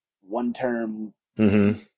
one-term